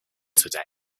today